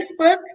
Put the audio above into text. facebook